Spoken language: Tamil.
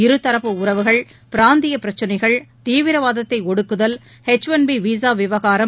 இருதரப்பு உறவுகள் பிராந்திய பிரச்சினைகள் தீவிரவாதத்தை ஒடுக்குதல் எச் ஒன் பி விசா விவகாரம்